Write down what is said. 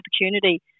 opportunity